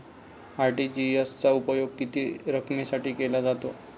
RTGS चा उपयोग किती रकमेसाठी केला जातो?